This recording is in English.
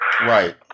right